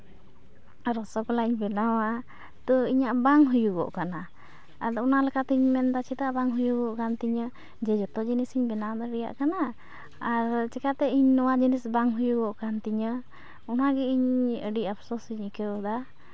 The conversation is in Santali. ᱟᱨ ᱨᱚᱥᱚᱜᱚᱞᱞᱟᱧ ᱵᱮᱱᱟᱣᱟ ᱛᱚ ᱤᱧᱟᱹᱜ ᱵᱟᱝ ᱦᱩᱭᱩᱜᱚᱜ ᱠᱟᱱᱟ ᱟᱫᱚ ᱚᱱᱟ ᱞᱮᱠᱟᱛᱤᱧ ᱢᱮᱱᱫᱟ ᱪᱮᱫᱟᱜ ᱵᱟᱝ ᱦᱩᱭᱩᱜᱚᱜ ᱠᱟᱱ ᱛᱤᱧᱟᱹ ᱡᱮ ᱡᱚᱛᱚ ᱡᱤᱱᱤᱥ ᱜᱤᱧ ᱵᱮᱱᱟᱣ ᱫᱟᱲᱮᱟᱜ ᱠᱟᱱᱟ ᱟᱨ ᱪᱮᱠᱟᱛᱮ ᱤᱧ ᱱᱚᱣᱟ ᱡᱤᱱᱤᱥᱤᱧ ᱵᱟᱝ ᱦᱩᱭᱩᱜᱚᱜ ᱠᱟᱱ ᱛᱤᱧᱟᱹ ᱚᱱᱟ ᱜᱮ ᱤᱧ ᱟᱹᱰᱤ ᱟᱯᱥᱳᱥᱤᱧ ᱟᱹᱭᱠᱟᱹᱣᱮᱫᱟ